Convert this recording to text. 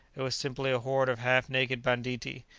it was simply a horde of half-naked banditti,